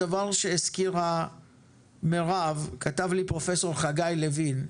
הדבר שהזכירה מירב כתב לי פרופ' חגי לוין,